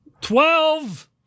Twelve